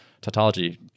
tautology